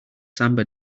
samba